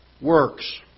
works